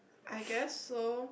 I guess so